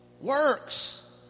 Works